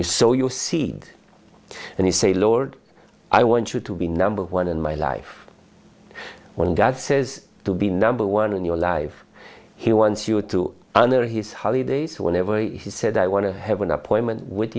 you so you see and you say lord i want you to be number one in my life when god says to be number one in your life he wants you to under his holy days whenever he said i want to have an appointment with